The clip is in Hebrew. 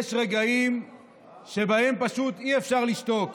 יש רגעים שבהם פשוט אי-אפשר לשתוק.